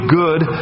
good